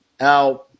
Now